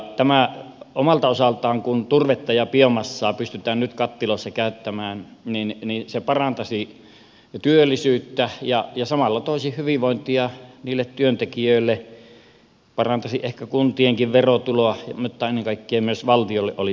tämä omalta osaltaan kun turvetta ja biomassaa pystytään nyt kattiloissa käyttämään parantaisi työllisyyttä ja samalla toisi hyvinvointia niille työntekijöille parantaisi ehkä kuntienkin verotuloa mutta ennen kaikkea valtiolle olisi tuloa